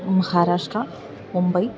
Maharashtra Mumbai